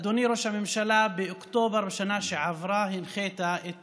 אדוני ראש הממשלה, באוקטובר בשנה שעברה הנחית את